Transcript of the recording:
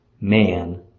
man